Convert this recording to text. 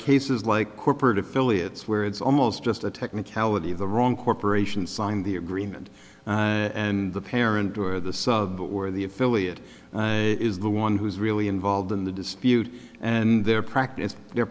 cases like corporate affiliates where it's almost just a technicality of the wrong corporations signed the agreement and the parent or the sub or the affiliate is the one who's really involved in the dispute and their practice they're